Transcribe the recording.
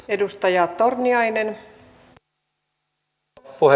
arvoisa rouva puhemies